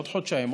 עוד חודשיים,